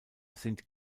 sind